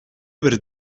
бер